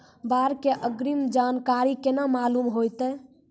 बाढ़ के अग्रिम जानकारी केना मालूम होइतै?